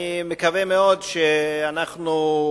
אני מקווה מאוד שאנחנו,